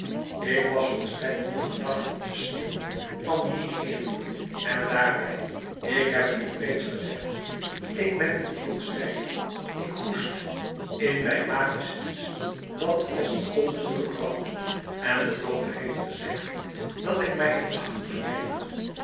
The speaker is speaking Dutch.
ik was volstrekt niet verdacht op de sneeuw van dien heer en daarbij ik heb t u reeds gezegd ik ben niet heel sterk ik hoest in mijn maag is iets dat als een kool vuur brandt en de dokter heeft gezegd dat ik mij in acht moest nemen